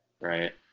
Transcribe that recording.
Right